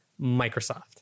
Microsoft